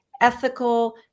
ethical